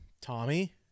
tommy